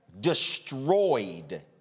destroyed